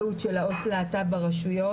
להט"ב ברשויות.